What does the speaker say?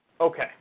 Okay